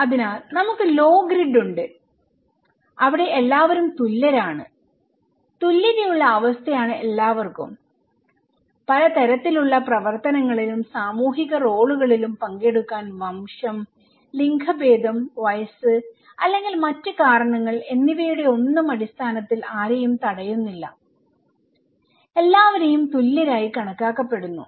അതിനാൽ നമുക്ക് low grid ഉണ്ട് അവിടെ എല്ലാവരും തുല്യരാണ്തുല്യതയുള്ള അവസ്ഥയാണ് എല്ലാവർക്കും പല തരത്തിലുള്ള പ്രവർത്തനങ്ങളിലും സാമൂഹിക റോളുകളിലും പങ്കെടുക്കാൻ വംശം ലിംഗഭേദം വയസ്സ് അല്ലെങ്കിൽ മറ്റു കാരണങ്ങൾ എന്നിവയുടെയൊന്നും അടിസ്ഥാനത്തിൽ ആരെയും തടയുന്നില്ല എല്ലാവരെയും തുല്യരായി കണക്കാക്കപ്പെടുന്നു